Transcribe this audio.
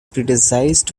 criticized